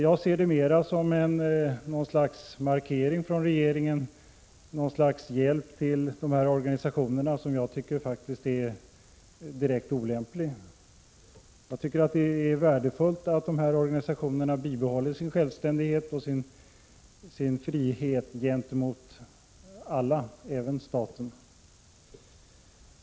Jag ser detta mer som en markering från regeringens sida, något slags hjälp till de här organisationerna som jag faktiskt tycker är direkt olämplig. Det är värdefullt att organisationerna bibehåller sin självständighet och sin frihet gentemot alla, även staten.